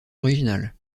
originales